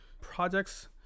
Projects